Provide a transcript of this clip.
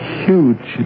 huge